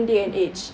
hmm